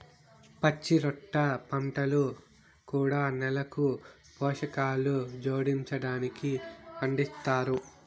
పచ్చిరొట్ట పంటలు కూడా నేలకు పోషకాలు జోడించడానికి పండిస్తారు